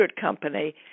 company